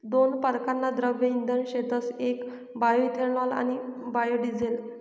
दोन परकारना द्रव्य इंधन शेतस येक बायोइथेनॉल आणि बायोडिझेल